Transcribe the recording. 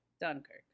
Dunkirk